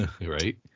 Right